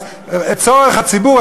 אז צורך הציבור,